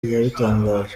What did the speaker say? yabitangaje